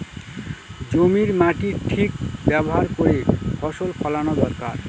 জমির মাটির ঠিক ব্যবহার করে ফসল ফলানো দরকার